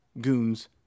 goons